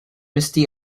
misty